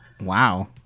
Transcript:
wow